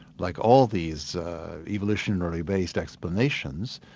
like all these evolutionary-based explanations,